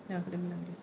dah aku dah bilang dia